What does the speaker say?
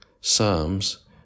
Psalms